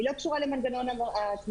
היא לא קשורה למנגנון ההצמדה.